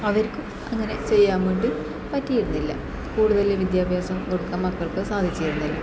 അവർക്ക് അങ്ങനെ ചെയ്യാൻ വേണ്ടി പറ്റിയിരുന്നില്ല കൂടുൽ വിദ്യാഭ്യാസം കൊടുക്കാൻ മക്കൾക്ക് സാധിച്ചിരുന്നില്ല